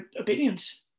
obedience